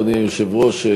אדוני היושב-ראש,